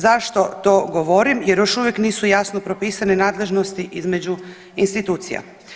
Zašto to govorim, jer još uvijek nisu jasno propisane nadležnosti između institucija.